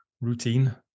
routine